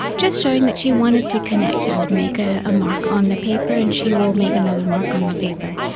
just showing that she wanted to connect. i would make a ah mark on the paper and she will make another mark on the paper.